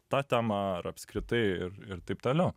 ta tema ar apskritai ir ir taip toliau